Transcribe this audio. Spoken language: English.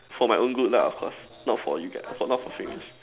for my own good lah of course not for you guys not for females